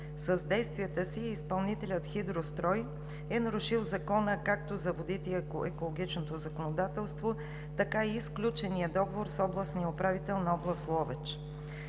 с действията си изпълнителят „Хидрострой“ е нарушил както Закона за водите и екологичното законодателство, така и сключения договор с областния управител на област Ловеч.